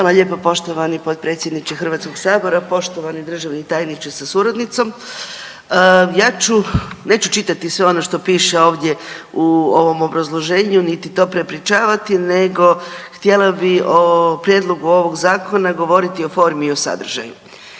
lijepa poštovani potpredsjedniče Hrvatskog sabora. Poštovani državni tajniče sa suradnicom, ja ću, neću čitati sve ono što piše ovdje u ovom obrazloženju, niti to prepričavati nego htjela bi o prijedlogu ovog zakona govoriti o formi i o sadržaju.